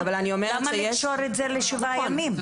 למה לקצוב את זה לשבעה ימים?